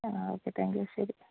ആ okay thank you ശരി